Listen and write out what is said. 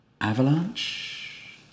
Avalanche